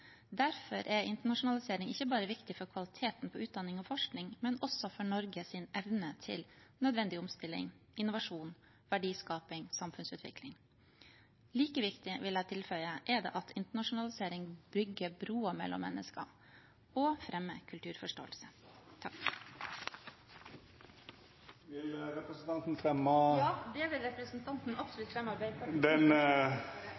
Derfor er internasjonalisering ikke bare viktig for kvaliteten på utdanning og forskning, men også for Norges evne til nødvendig omstilling, innovasjon, verdiskaping og samfunnsutvikling. Like viktig, vil jeg tilføye, er det at internasjonalisering bygger broer mellom mennesker og fremmer kulturforståelse. Jeg fremmer de forslagene som Arbeiderpartiet er en del av. Representanten